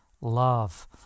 love